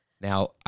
Now